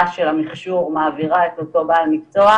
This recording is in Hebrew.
של המכשור מעבירה את אותו בעל מקצוע,